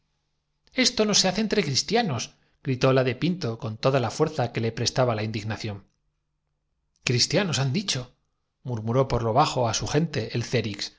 esto no se hace entre cristianosgritó la de pinto con toda la fuerza que le prestaba la indignación cristianos han dicho murmuró por lo bajo á su gente el